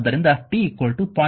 ಆದ್ದರಿಂದ t 0